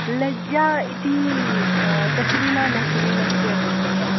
लज्जा इति तस्लीमा नस्रीनस्य पुस्तकं